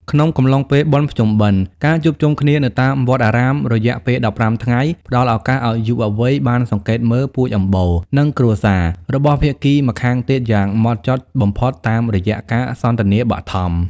ក្នុងកំឡុងពេលបុណ្យភ្ជុំបិណ្ឌ ការជួបជុំគ្នានៅតាមវត្តអារាមរយៈពេល ១៥ ថ្ងៃ ផ្ដល់ឱកាសឱ្យយុវវ័យបានសង្កេតមើល "ពូជអម្បូរ" និង "គ្រួសារ" របស់ភាគីម្ខាងទៀតយ៉ាងហ្មត់ចត់បំផុតតាមរយៈការសន្ទនាបឋម។